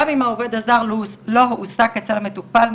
גם אם העובד הזר לא הועסק אצל המטופל,